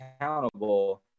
accountable